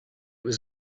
was